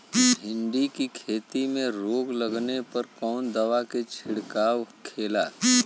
भिंडी की खेती में रोग लगने पर कौन दवा के छिड़काव खेला?